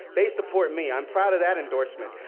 they support me. i am proud of that endorsement.